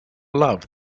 love